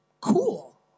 cool